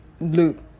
loop